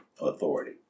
authority